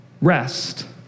rest